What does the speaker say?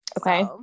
okay